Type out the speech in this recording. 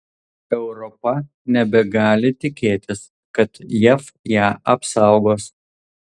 europa nebegali tikėtis kad jav ją apsaugos